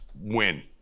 Win